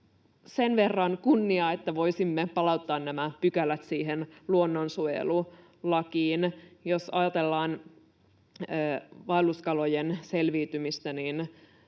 sen verran kunniaa, että voisimme palauttaa nämä pykälät siihen luonnonsuojelulakiin. Jos ajatellaan vaelluskalojen selviytymistä,